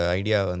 idea